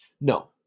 No